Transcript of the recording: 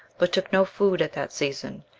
but took no food at that season,